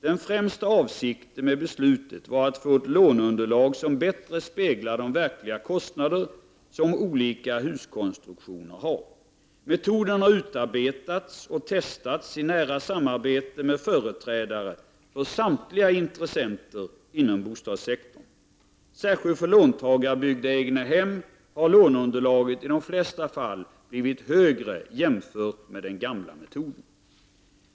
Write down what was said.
Den främsta avsikten med beslutet var att få ett låneunderlag som bättre speglar de verkliga kostnader som olika huskonstruktioner har. Metoden har utarbetats och testats i nära samarbete med företrädare för samtliga intressenter inom bostadssektorn. Särskilt för låntagarbyggda egnahem har låneunderlaget i de flesta fall blivit högre än med den gamla metoden.